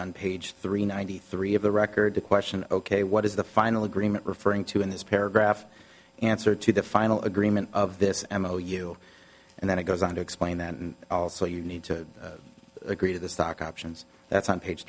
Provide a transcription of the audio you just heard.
on page three ninety three of the record to question ok what is the final agreement referring to in this paragraph answer to the final agreement of this m o you and then it goes on to explain that and also you need to agree to the stock options that's on page